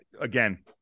again